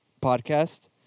podcast